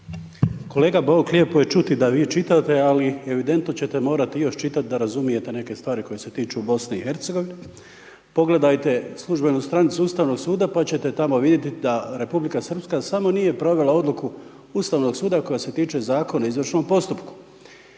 Kolega Bauk, lijepo je čuti da vi čitate, ali evidentno će te morati još čitati da razumijete neke stvari koje se tiču Bosne i Hercegovine. Pogledajte službenu stranicu ustavnog suda pa će te tamo vidit da Republika Srpska samo nije provela odluku Ustavnog suda koja se tiče zakona o izvršnom postupku.